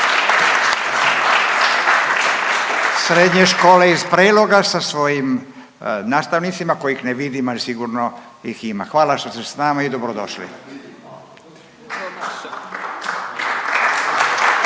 Srednje škole iz Preloga sa svojim nastavnicima kojih ne vidim, ali sigurno ih ima. Hvala što ste s nama i dobrodošli.